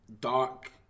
dark